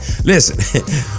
Listen